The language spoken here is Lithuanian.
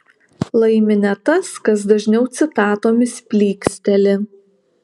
laimi ne tas kas dažniau citatomis plyksteli